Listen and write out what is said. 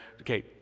Okay